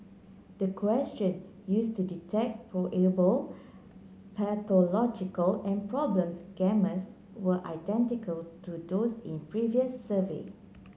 the question use to detect probable pathological and problems were identical to those in previous survey